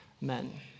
men